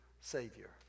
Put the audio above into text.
Savior